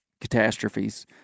catastrophes